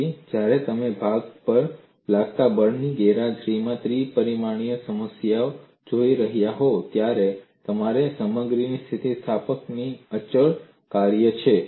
તેથી જ્યારે તમે ભાગ પર લાગતાં બળની ગેરહાજરીમાં ત્રિ પરિમાણીય સમસ્યા જોઈ રહ્યા હોવ ત્યારે સામગ્રીનું સ્થિતિસ્થાપક અચળ કાર્ય કરે છે